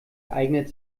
eignet